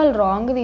wrong